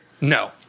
No